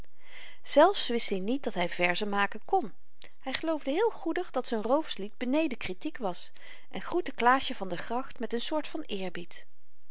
zelfs wist i niet dat hy verzen maken kon hy geloofde heel goedig dat z'n rooverslied beneden kritiek was en groette klaasje van der gracht met n soort van eerbied